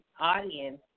audience